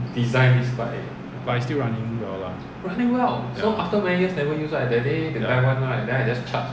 but it's still running well lah ya ya